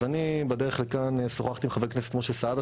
אז אני בדרך לכאן שוחחתי עם חבר הכנסת משה סעדה,